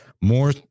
more